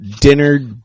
dinner